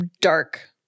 dark